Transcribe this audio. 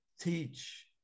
teach